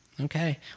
Okay